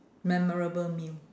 memorable meal